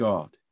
God